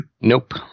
Nope